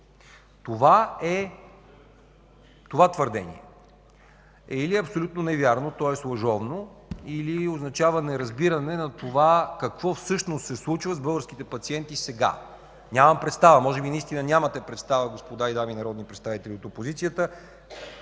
Това твърдение е или абсолютно невярно, тоест лъжовно, или означава неразбиране на това какво всъщност се случва с българските пациенти сега. Нямам представа. Може би наистина нямате представа, дами и господа народни представители от опозицията,